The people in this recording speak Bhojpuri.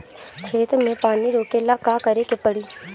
खेत मे पानी रोकेला का करे के परी?